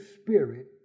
Spirit